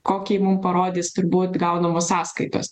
kokį mum parodys turbūt gaunamos sąskaitos